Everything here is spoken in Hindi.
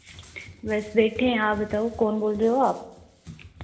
बस बैठे हैं आप बताओ कौन बोल रहे हो आप